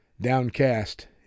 Downcast